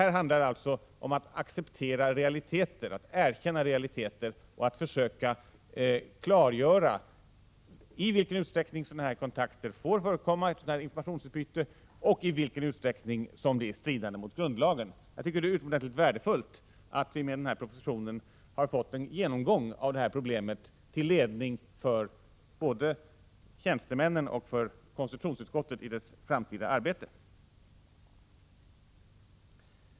Här handlar det alltså om att erkänna realiteter och att försöka klargöra i vilken utsträckning sådana här kontakter, sådant här informationsutbyte, får förekomma och i vilken utsträckning det är stridande mot grundlagen. Jag tycker det är utomordentligt värdefullt att vi i och med framläggandet av den 29 här propositionen har fått en genomgång av problemet, till ledning både för tjänstemännen och för konstitutionsutskottet i dess framtida arbete.